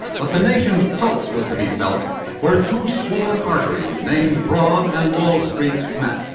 but the nation's pulse was to be felt where two swollen arteries named broad and wall streets met.